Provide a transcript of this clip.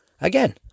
again